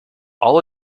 all